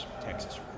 Texas